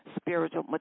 spiritual